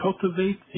cultivate